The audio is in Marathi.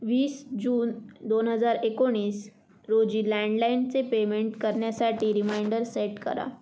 वीस जून दोन हजार एकोणीस रोजी लँडलाइनचे पेमेंट करण्यासाठी रिमाइंडर सेट करा